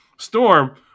Storm